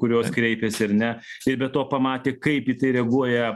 kurios kreipėsi ar ne ir be to pamatė kaip į tai reaguoja